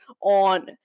on